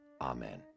Amen